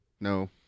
No